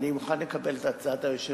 אני מוכן לקבל את הצעת היושב-ראש.